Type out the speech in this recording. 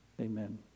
Amen